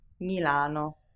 Milano